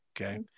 Okay